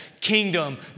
kingdom